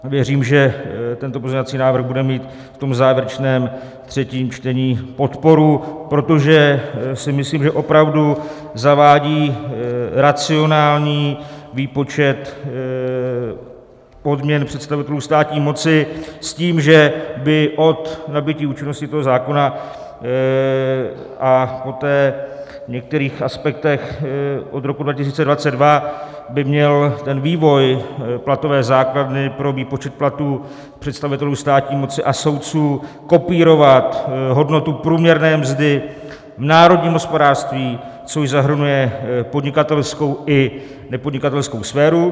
Věřím, že tento pozměňovací návrh bude mít v tom závěrečném třetím čtení podporu, protože si myslím, že opravdu zavádí racionální výpočet odměn představitelů moci, s tím, že od nabytí účinnosti toho zákona a poté některých aspektech od roku 2020 by měl ten vývoj platové základny pro výpočet platů představitelů státní moci a soudců kopírovat hodnotu průměrné mzdy v národním hospodářství, což zahrnuje podnikatelskou i nepodnikatelskou sféru.